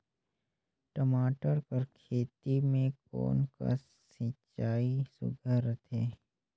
टमाटर कर खेती म कोन कस सिंचाई सुघ्घर रथे?